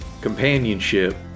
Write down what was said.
companionship